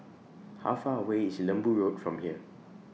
How Far away IS Lembu Road from here